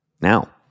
Now